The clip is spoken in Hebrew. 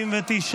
מה הדבר הזה?